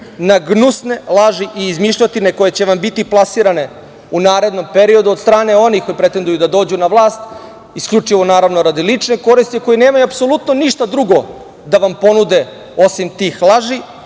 na gnusne laži i izmišljotine koje će vam biti plasirane, u narednom periodu od strane onih koji pretenduju da dođu na vlast, isključivo naravno radi lične koristi, koji nemaju apsolutno ništa drugo da vam ponude osim tih laži,